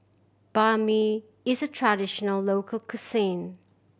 Banh Mi is a traditional local cuisine